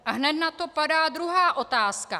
A hned nato padá druhá otázka.